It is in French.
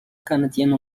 canadienne